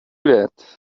that